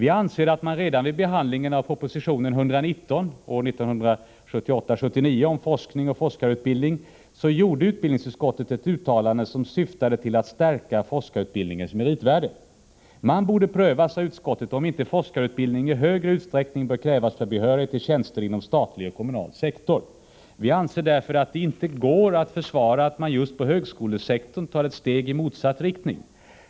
Vi anser att utbildningsutskottet redan vid behandlingen av propositionen 1978/79:119 om forskning och forskarutbildning gjorde ett uttalande som syftade till att stärka forskarutbildningens meritvärde. Man borde pröva, sade utskottet, om inte forskarutbildning i större utsträckning bör krävas för behörighet till tjänster inom statlig och kommunal sektor. Vi anser därför att det inte går att försvara att man just på högskolesektorn tar ett steg i motsatt riktning.